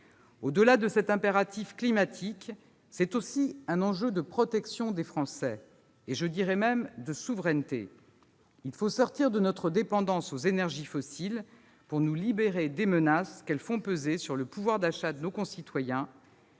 Au-delà de cet impératif climatique, c'est aussi un enjeu de protection des Français, voire de souveraineté. Il faut sortir de notre dépendance aux énergies fossiles pour nous libérer des menaces qu'elles font peser sur le pouvoir d'achat de nos concitoyens.